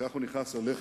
כך הוא נכנס ללח"י,